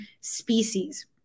species